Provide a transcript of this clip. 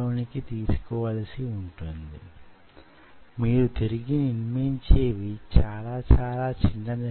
దీన్ని నుండి తప్పించుకోవడానికి ఉదాహరణకు ఈ ఉపరితలాన్ని పూత పూయడం లేదా దాని